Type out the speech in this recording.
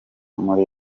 muri